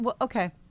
okay